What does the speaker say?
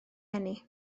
eni